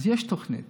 יש תוכנית